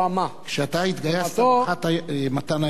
קומתו, כשאתה התגייסת מתן היה מח"ט כבר?